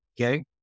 okay